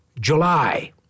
July